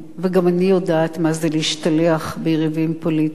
וגם אני יודעת מה זה להשתלח ביריבים פוליטיים,